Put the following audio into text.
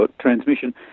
transmission